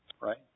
right